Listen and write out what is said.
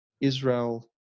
Israel